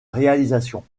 réalisation